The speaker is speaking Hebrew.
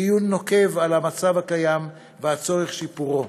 דיון נוקב במצב הקיים ובצורך לשפרו.